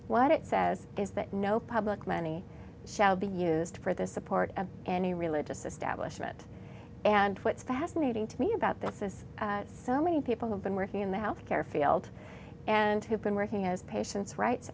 what it says is that no public money shall be used for the support of any religious establishment and what's fascinating to me about this is so many people who've been working in the health care field and who've been working as patients rights